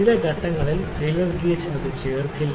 ചില ഘട്ടങ്ങളിൽ feeler gauge അത് ചേർക്കില്ല